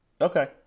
Okay